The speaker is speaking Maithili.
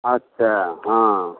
अच्छा हाँ